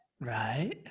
Right